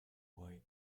why